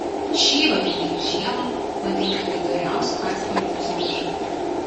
šį rudenį ir žiemą madinga įvairiausių atspalvių zomša